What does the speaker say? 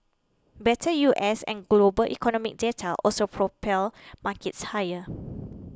better U S and global economic data also propelled markets higher